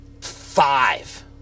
five